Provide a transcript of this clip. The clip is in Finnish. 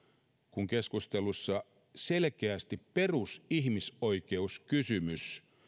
kun keskustelussa selkeästi perusihmisoikeuskysymys